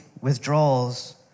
withdrawals